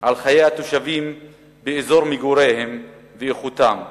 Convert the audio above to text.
על חיי התושבים באזור מגוריהם ועל איכותם,